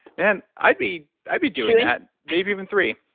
then i'd be i'd be doing that. maybe even three.